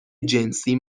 جنسی